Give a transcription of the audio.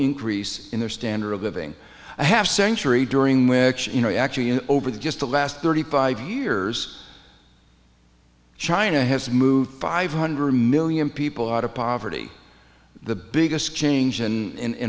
increase in their standard of living a half century during which you know actually over the just the last thirty five years china has moved five hundred million people out of poverty the biggest change in